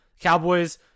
Cowboys